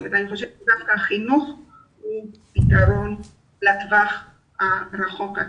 חינוך הוא פתרון לטווח הרחוק.